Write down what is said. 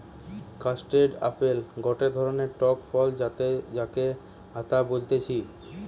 custard apple গটে ধরণের টক ফল যাতে যাকে আতা বলতিছে